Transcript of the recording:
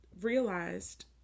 realized